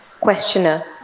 Questioner